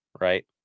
right